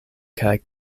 kaj